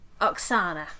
oksana